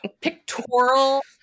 pictorial